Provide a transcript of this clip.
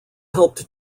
helped